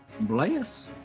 Bless